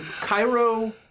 Cairo